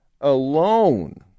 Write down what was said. alone